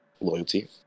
loyalty